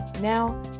Now